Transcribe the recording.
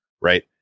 right